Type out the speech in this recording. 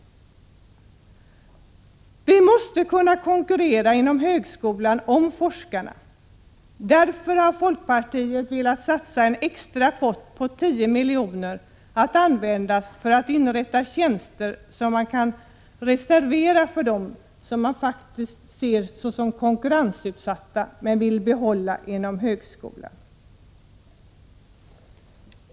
Högskolan måste kunna konkurrera om forskarna. Därför har folkpartiet velat satsa en extra pott på 10 miljoner att användas för att inrätta tjänster, som man kan reservera för dem som man faktiskt ser såsom konkurrensutsatta men vill behålla inom högskolan.